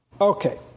Okay